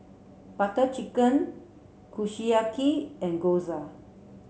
Butter Chicken Kushiyaki and Gyoza